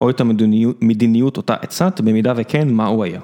או את המדיניות אותה הצעת, במידה וכן, מה הוא היה.